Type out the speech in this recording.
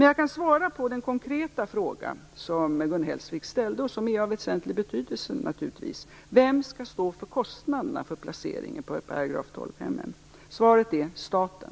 Jag kan svara på den konkreta fråga som Gun Hellsvik ställde och som naturligtvis är av väsentlig betydelse: Vem skall stå för kostnaderna för placeringen på § 12-hemmen? Svaret är: Staten.